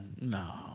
no